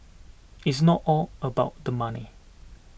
it's not all about the money